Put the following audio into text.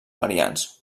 marians